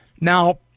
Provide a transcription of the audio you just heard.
Now